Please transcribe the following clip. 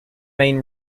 main